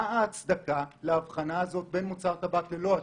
מה ההצדקה להבחנה הזאת בין מוצר טבק ללא עשן,